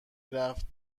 رفت